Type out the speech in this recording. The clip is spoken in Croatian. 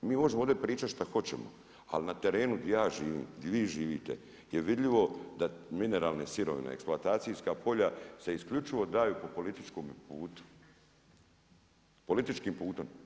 Mi možemo ovdje pričati šta hoćemo, ali na terenu di ja živim, di vi živite je vidljivo da mineralne sirovine, eksploatacijska polja se isključivo daju po političkom putu, političkim putem.